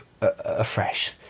afresh